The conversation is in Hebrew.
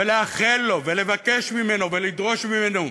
לאחל לו ולבקש ממנו ולדרוש ממנו: